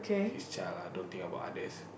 his child ah don't think about others